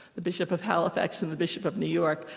the bishop of halifax and the bishop of new york,